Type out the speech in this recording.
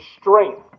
strength